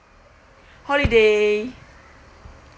holiday